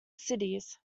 cities